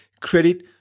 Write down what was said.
credit